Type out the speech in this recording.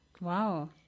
Wow